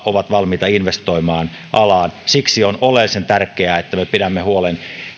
ovat valmiita investoimaan alaan siksi on oleellisen tärkeää että me pidämme huolen